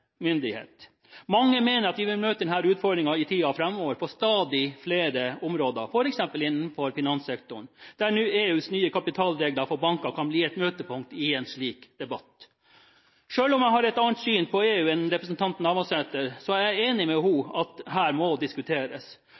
myndighet. Mange mener at vi i tiden framover vil møte denne utfordringen på stadig flere områder, f.eks. innenfor finanssektoren, der EUs nye kapitalregler for banker kan bli et møtepunkt i en slik debatt. Selv om jeg har et annet syn på EU enn det representanten Navarsete har, er jeg enig med henne i at dette må diskuteres.